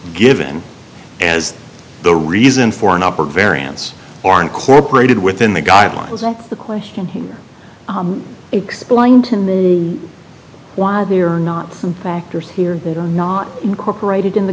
given as the reason for an upper baryons are incorporated within the guidelines of the question here explain to me why they are not some factors here that are not incorporated in the